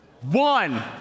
One